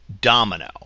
Domino